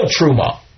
Truma